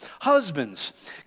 Husbands